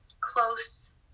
close